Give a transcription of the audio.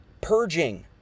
purging